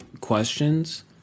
questions